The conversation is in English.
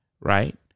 right